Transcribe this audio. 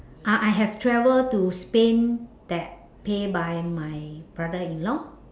ah I have travel to spain that pay by my brother-in-law